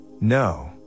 no